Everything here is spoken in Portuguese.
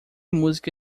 música